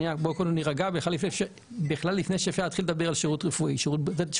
בוא קודם נירגע לפני שבכלל אפשר לדבר על שירות בריאות.